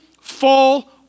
fall